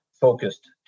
focused